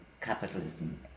capitalism